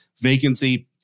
vacancy